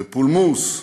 בפולמוס,